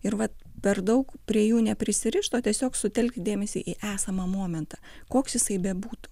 ir vat per daug prie jų neprisirišt o tiesiog sutelkti dėmesį į esamą momentą koks jisai bebūtų